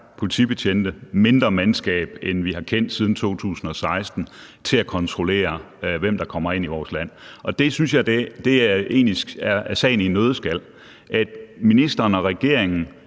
politibetjente, mindre mandskab end vi har haft siden 2016, til at kontrollere, hvem der kommer ind i vores land. Og det synes jeg egentlig er sagen i en nøddeskal, altså at ministeren og regeringen